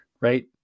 right